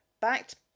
backed